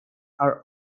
are